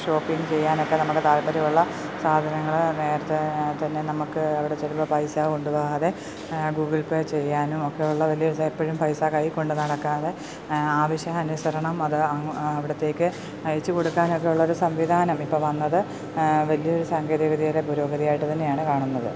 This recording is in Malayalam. ഷോപ്പിംഗ് ചെയ്യാനൊക്കെ നമ്മുടെ താൽപ്പര്യം ഉള്ള സാധനങ്ങൾ നേരത്തേത്തന്നെ നമ്മൾക്ക് അവിടെ ചെല്ലുമ്പോൾ പൈസ കൊണ്ടുപോകാതെ ഗൂഗിൾ പേ ചെയ്യാനും ഒക്കെയുള്ള വലിയ എപ്പോഴും പൈസ കയ്യിൽ കൊണ്ടുനടക്കാതെ ആവശ്യാനുസരണം അത് അവിടുത്തേക്ക് അയച്ചുകൊടുക്കാനൊക്കെയുള്ളൊരു സംവിധാനം ഇപ്പോൾ വന്നത് വലിയൊരു സാങ്കേതികവിദ്യയുടെ പുരോഗതിയായിട്ടുതന്നെയാണ് കാണുന്നത്